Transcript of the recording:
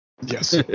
Yes